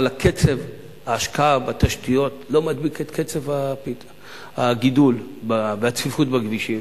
אבל קצב ההשקעה בתשתיות לא מדביק את קצב הגידול והצפיפות בכבישים,